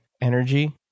energy